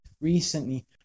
recently